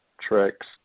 tricks